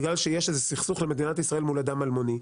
בגלל שיש איזה סכסוך למדינת ישראל מול אדם אלמוני.